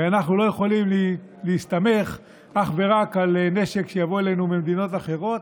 הרי אנחנו לא יכולים להסתמך אך ורק על נשק שיבוא אלינו ממדינות אחרות.